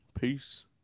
Peace